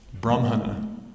Brahmana